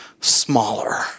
smaller